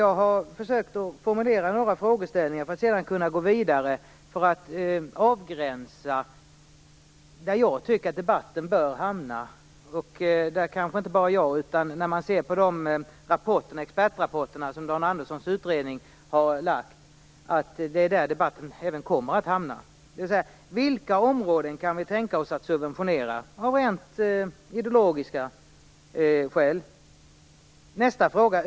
Jag har försökt att formulera några frågor för att sedan kunna gå vidare för att avgränsa där jag tycker att debatten bör hamna, och inte bara jag utan även enligt de expertrapporter som Dan Anderssons utredning har lagt fram kommer debatten att hamna där. Vilka områden kan vi tänka oss att subventionera av rent ideologiska skäl?